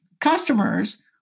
customers